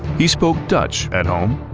he spoke dutch at home.